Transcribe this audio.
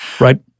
right